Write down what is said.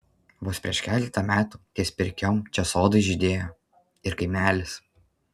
vos prieš keletą metų ties pirkiom čia sodai žydėjo ir kaimelis